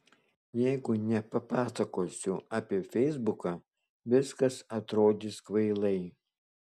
jeigu nepapasakosiu apie feisbuką viskas atrodys kvailai